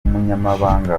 umunyamabanga